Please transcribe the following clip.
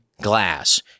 glass